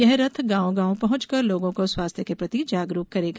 यह रथ गॉव गॉव पहॅचकर लोगों को स्वास्थ्य के प्रति जागरूक करेगा